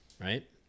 right